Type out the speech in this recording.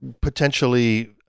potentially